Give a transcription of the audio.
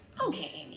okay,